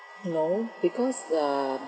no because um